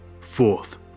Fourth